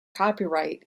copyright